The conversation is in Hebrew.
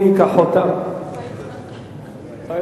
אדוני